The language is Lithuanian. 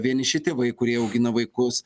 vieniši tėvai kurie augina vaikus